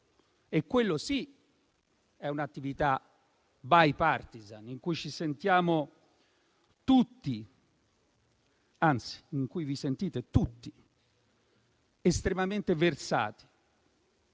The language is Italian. questa, sì, un'attività *bipartisan* in cui ci sentiamo tutti - anzi, in cui vi sentite tutti - estremamente versati.